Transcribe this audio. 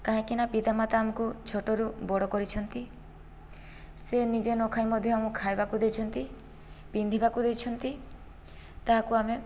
କାହିଁକିନା ପିତା ମାତା ଆମକୁ ଛୋଟରୁ ବଡ କରିଛନ୍ତି ସେ ନିଜେ ନ ଖାଇ ମଧ୍ୟ ଆମକୁ ଖାଇବାକୁ ଦେଇଛନ୍ତି ପିନ୍ଧିବାକୁ ଦେଇଛନ୍ତି ତାହାକୁ ଆମେ